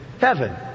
heaven